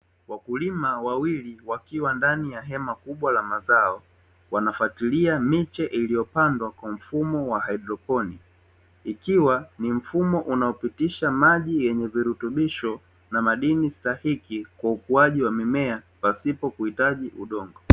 Wakulima wawili wakiwa ndani ya hema kubwa la mazao, wanafatilia miche iliyopandwa kwa mfumo wa "haidroponiki" ikiwa ni mfumo unaopitisha maji yenye virutubisho na madini stahiki kwa ukuaji wa mimea, pasipo kuhitaji udongo.